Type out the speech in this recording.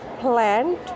plant